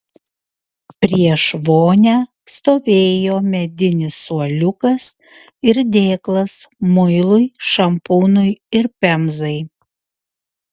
prieš vonią stovėjo medinis suoliukas ir dėklas muilui šampūnui ir pemzai